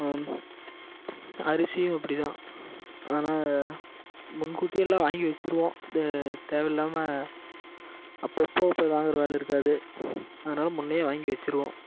அரிசியும் அப்படி தான் ஆனால் முன்கூட்டியே எல்லா வாங்கி வச்சிருவோம் இந்த தேவையில்லாம அப்பப்போ போய் வாங்கற வேலை இருக்காது அதனால் முன்னையே வாங்கி வச்சிருவோம்